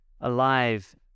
alive